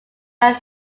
varied